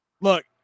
Look